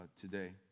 today